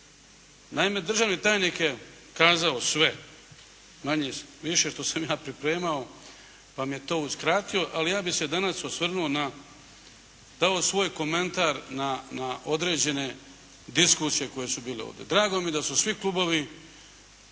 Naime, državni tajnik je kazao sve manje-više što sam ja pripremao, pa mi je to uskratio, ali ja bih se danas osvrnuo na, dao svoj komentar na određene diskusije koje su bile ovdje. Drago mi je da su svi klubovi